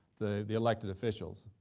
the the elected officials,